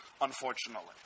unfortunately